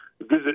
visit